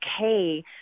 okay